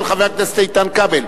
של חבר הכנסת איתן כבל.